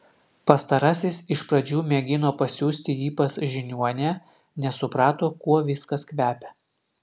pastarasis iš pradžių mėgino pasiųsti jį pas žiniuonę nes suprato kuo viskas kvepia